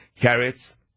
carrots